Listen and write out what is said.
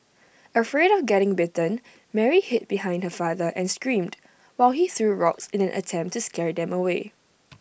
afraid of getting bitten Mary hid behind her father and screamed while he threw rocks in an attempt to scare them away